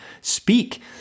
speak